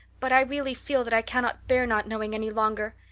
but i really feel that i cannot bear not knowing any longer.